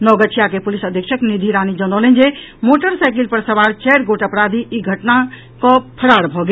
नवगछिया के पुलिस अधीक्षक निधि रानी जनौलनि जे मोटरसाईकिल पर सवार चारि गोट अपराधी ई घटना कऽ फरार भऽ गेल